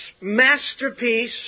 masterpiece